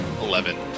Eleven